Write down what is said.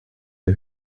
der